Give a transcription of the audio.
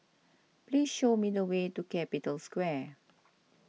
please show me the way to Capital Square